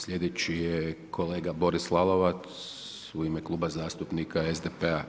Sljedeći je kolega Boris Lalovac u ime Kluba zastupnika SDP-a.